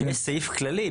אני אעיר שיש סעיף כללי,